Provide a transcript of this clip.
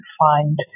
find